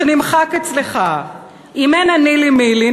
שנמחק אצלך: "אם אין אני לי מי לי",